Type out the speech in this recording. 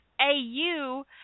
AU